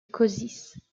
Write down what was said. košice